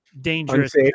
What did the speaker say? dangerous